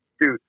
dude